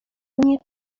nie